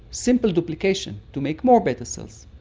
simple duplication to make more beta cells.